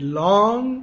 long